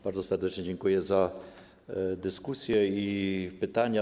Bardzo serdecznie dziękuję za dyskusję i zadane pytania.